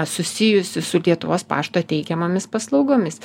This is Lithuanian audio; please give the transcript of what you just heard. susijusi su lietuvos pašto teikiamomis paslaugomis